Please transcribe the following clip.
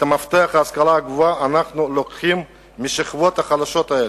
את המפתח להשכלה גבוהה אנחנו לוקחים מהשכבות החלשות האלה.